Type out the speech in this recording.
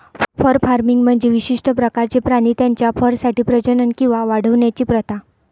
fur farming म्हणजे विशिष्ट प्रकारचे प्राणी त्यांच्या फरसाठी प्रजनन किंवा वाढवण्याची प्रथा